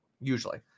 usually